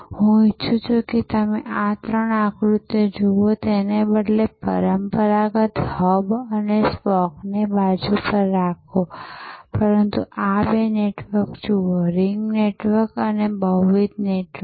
હું ઈચ્છું છું કે તમે આ ત્રણ આકૃતિઓ જુઓ તેના બદલે આ પરંપરાગત હબ અને સ્પોકને બાજુ પર રાખો પરંતુ આ બે નેટવર્ક જુઓ રિંગ નેટવર્ક અને બહુવિધ નેટવર્ક